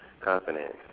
confidence